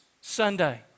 Sunday